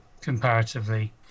comparatively